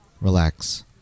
relax